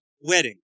wedding